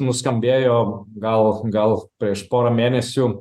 nuskambėjo gal gal prieš porą mėnesių